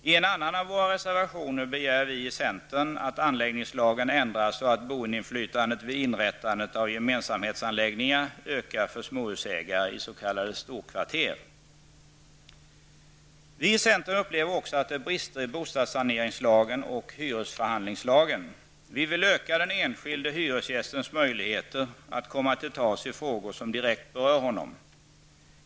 I en annan av våra reservationer begär vi i centern att anläggningslagen ändras, så att boendeinflytandet vid inrättandet av gemensamhetsanläggningar ökar för småhusägare i s.k. storkvarter. Vi i centern upplever också att det är brister i bostadssaneringslagen och hyresförhandlingslagen. Vi vill öka den enskilde hyresgästens möjligheter att komma till tals i frågor som direkt berör honom.